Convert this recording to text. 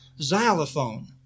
xylophone